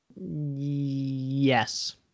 Yes